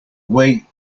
wait